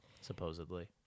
supposedly